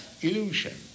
illusion